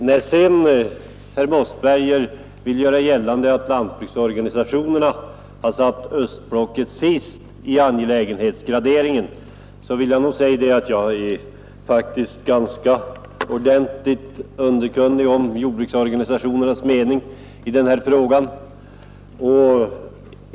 När sedan herr Mossberger vill göra gällande att lantbruksorganisationerna har satt östblocket sist i angelägenhetsgraderingen så vill jag nog säga att jag är ganska ordentligt underkunnig om jordbruksorganisationernas mening i den här frågan.